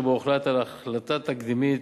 שבו הוחלט על ההחלטה התקדימית,